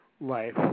life